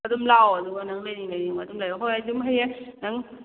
ꯑꯗꯨꯝ ꯂꯥꯛꯑꯣ ꯑꯗꯨꯒ ꯅꯪꯅ ꯂꯩꯅꯤꯡ ꯂꯩꯅꯤꯡꯕ ꯑꯗꯨꯝ ꯂꯩꯌꯣ ꯍꯣꯏ ꯑꯗꯨꯝ ꯍꯌꯦꯡ ꯅꯪ